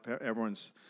everyone's